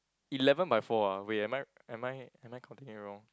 eleven by four ah wait am I am I am I counting it wrong